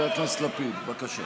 חבר הכנסת לפיד, בבקשה.